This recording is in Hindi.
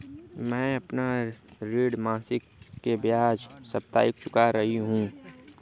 मैं अपना ऋण मासिक के बजाय साप्ताहिक चुका रही हूँ